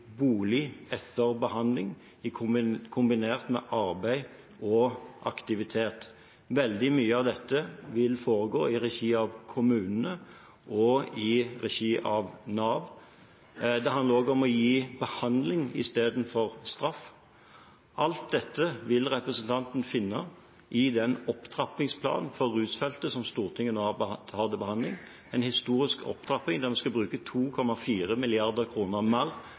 bolig etter behandling kombinert med arbeid og aktivitet. Veldig mye av dette vil foregå i regi av kommunene og i regi av Nav. Det handler også om å gi behandling istedenfor straff. Alt dette vil representanten finne i den opptrappingsplanen for rusfeltet som Stortinget nå har til behandling, en historisk opptrapping der vi skal bruke 2,4 mrd. kr mer